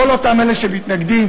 כל אותם אלה שמתנגדים,